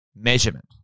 measurement